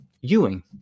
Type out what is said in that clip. Ewing